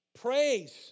Praise